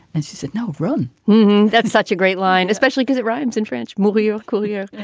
and she said, no run that's such a great line. especially cause it rhymes in french movie or coulier.